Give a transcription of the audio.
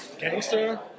gangster